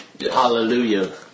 Hallelujah